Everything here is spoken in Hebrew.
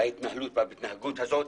בהתנהלות וההתנהגות הזו,